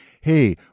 hey